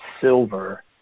silver